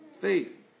faith